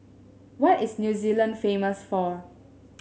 what is New Zealand famous for